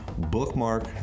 bookmark